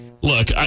Look